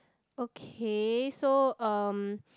okay so um